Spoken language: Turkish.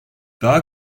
daha